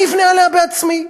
אני אבנה עליה בעצמי.